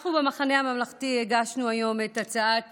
אנחנו במחנה הממלכתי הגשנו היום את הצעת